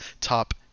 top